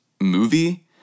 movie